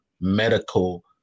medical